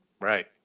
Right